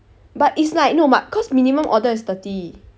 but it's like no but cause minimum order is thirty